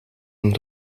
een